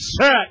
set